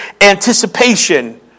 anticipation